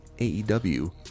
AEW